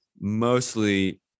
mostly